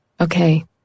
Okay